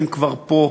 הם כבר פה,